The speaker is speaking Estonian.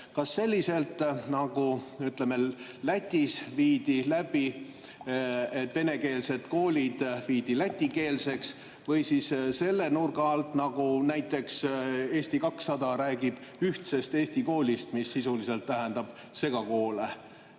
Kas selliselt, nagu see Lätis viidi läbi, et venekeelsed koolid muudeti lätikeelseks, või lähenete selle nurga alt, nagu näiteks Eesti 200 räägib ühtsest Eesti koolist, mis sisuliselt tähendab segakoole?